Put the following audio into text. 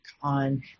on